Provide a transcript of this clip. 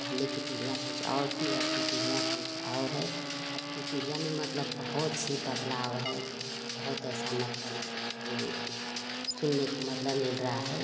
पहले की पीढ़ियाँ कुछ और थी अब की पीढ़ियाँ कुछ और है अब की पीढ़ियाँ में मतलब बहुत सी बदलाव है बहुत ऐसा मतलब सुनने को मतलब मिल रहा है